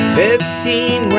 fifteen